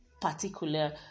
particular